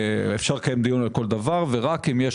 אפשר לקיים דיון על כל דבר ורק אם יש